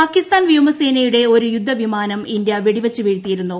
പാകിസ്ഥാൻ വ്യോമസേനയുടെ ഒരു യുദ്ധ വിമാനം ഇന്ത്യ വെടിവെച്ച് വീഴ്ത്തിയിരുന്നു